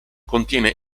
contiene